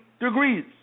degrees